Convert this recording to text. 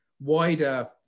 wider